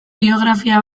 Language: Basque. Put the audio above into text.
biografia